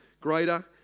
greater